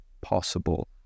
possible